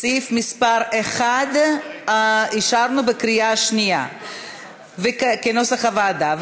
סעיף 1 אישרנו בקריאה שנייה כנוסח הוועדה.